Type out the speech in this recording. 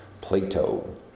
Plato